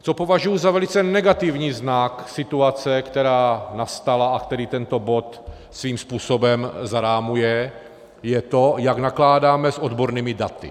Co považuji za velice negativní znak situace, která nastala a který tento bod svým způsobem zarámuje, je to, jak nakládáme s odbornými daty.